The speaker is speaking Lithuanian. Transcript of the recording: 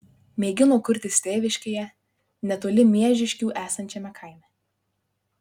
mėgino kurtis tėviškėje netoli miežiškių esančiame kaime